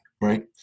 right